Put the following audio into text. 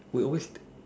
we always